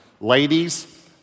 Ladies